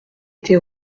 été